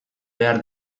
behar